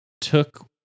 took